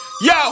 Yo